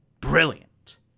brilliant